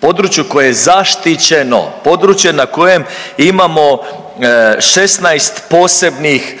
području koje je zaštićeno, područje na kojem imamo 16 posebnih